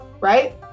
Right